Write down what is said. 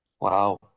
wow